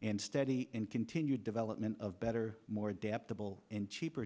and steady in continued development of better more adaptable and cheaper